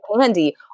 candy